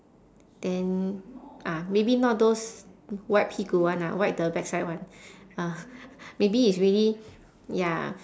then ah maybe not those wipe 屁股 one ah wipe the backside one ah maybe it's really ya